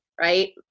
right